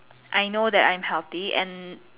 I know that I'm healthy and